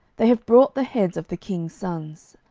they have brought the heads of the king's sons.